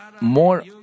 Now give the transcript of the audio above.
more